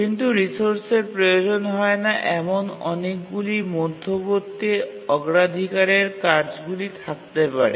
কিন্তু রিসোর্সের প্রয়োজন হয় না এমন অনেকগুলি মধ্যবর্তী অগ্রাধিকারের কাজগুলি থাকতে পারে